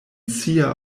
sia